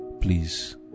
please